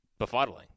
befuddling